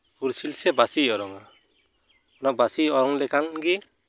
ᱦᱩᱭᱥᱮᱞ ᱥᱮ ᱵᱟᱸᱥᱤᱭ ᱚᱨᱚᱝᱼᱟ ᱚᱱᱟ ᱵᱟᱸᱥᱤᱭ ᱚᱨᱚᱝ ᱞᱮᱠᱷᱟᱱ ᱜᱮ